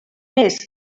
només